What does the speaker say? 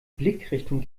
blickrichtung